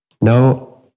no